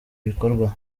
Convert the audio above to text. bikorwa